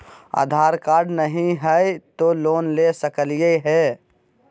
आधार card नही हय, तो लोन ले सकलिये है?